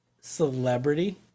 celebrity